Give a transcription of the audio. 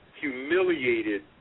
humiliated